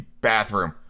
bathroom